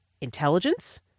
intelligence